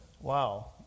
Wow